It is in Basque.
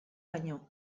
baino